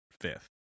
fifth